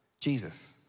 Jesus